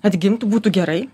atgimtų būtų gerai